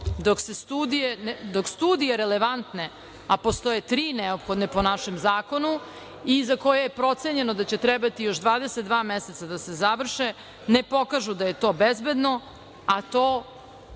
studije, a postoje tri neophodne po našem zakonu i za koje je procenjeno da će trebati još 22 meseca da se završe, ne pokažu da je to bezbedno, a to,